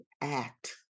act